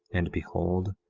and behold,